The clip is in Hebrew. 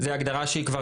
שאלה אחרת שהייתה לנו: מה